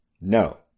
no